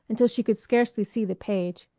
until she could scarcely see the page.